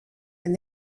and